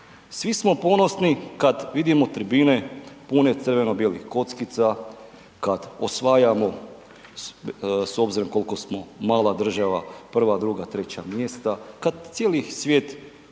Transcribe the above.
Svi smo ponosni kada vidimo tribine pune crveno bijelih kockica, kada osvajamo s obzirom koliko smo mala zemlja prva, druga, treća mjesta, kad cijeli svijet